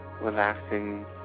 relaxing